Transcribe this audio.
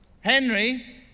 Henry